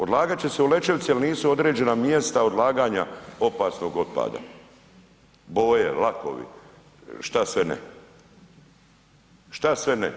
Odlagati će se u Lećevici jer nisu određena mjesta odlaganja opasnog otpada, boje, lakovi, šta sve ne, šta sve ne.